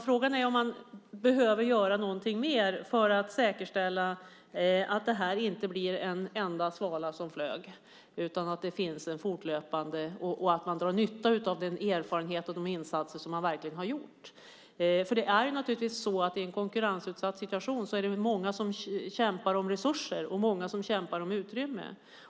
Frågan är om man behöver göra någonting mer för att säkerställa att det här inte blir en enda svala som flög utan att det finns något fortlöpande. Man ska dra nytta av den erfarenhet och de insatser som man verkligen har gjort. I en konkurrensutsatt situation är det många som kämpar om resurser och utrymme.